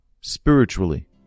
spiritually